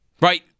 Right